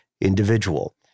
individual